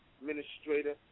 administrator